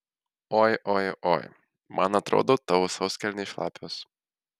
oi oi oi man atrodo tavo sauskelnės šlapios